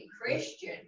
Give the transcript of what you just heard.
Christian